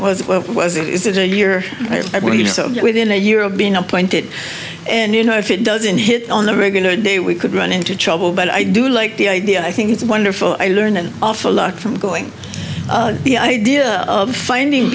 been was what was it is it a year within a year of being appointed and you know if it doesn't hit on a regular day we could run into trouble but i do like the idea i think it's wonderful i learned an awful lot from going to be idea of finding